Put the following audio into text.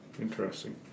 Interesting